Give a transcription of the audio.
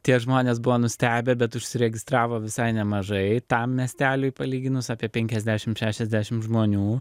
tie žmonės buvo nustebę bet užsiregistravo visai nemažai tam miesteliui palyginus apie penkiasdešim šešiasdešim žmonių